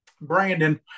Brandon